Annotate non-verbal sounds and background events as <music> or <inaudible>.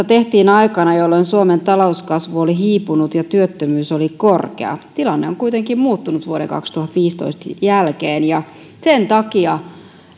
<unintelligible> tehtiin aikana jolloin suomen talouskasvu oli hiipunut ja työttömyys oli korkea tilanne on kuitenkin muuttunut vuoden kaksituhattaviisitoista jälkeen ja sen takia